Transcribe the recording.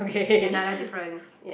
another difference